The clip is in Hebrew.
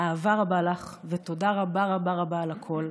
אהבה רבה לך ותודה רבה רבה רבה על הכול.